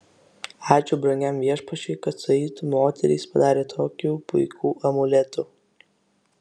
ačiū brangiam viešpačiui kad saitu moterys padarė tokių puikių amuletų